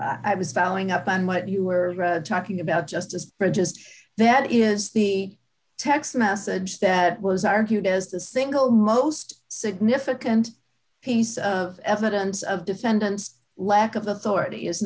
i was following up on what you were talking about just as prejudiced that is the text message that was argued as the single most significant piece of evidence of defendants lack of authority isn't